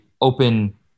open